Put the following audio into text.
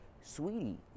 Sweetie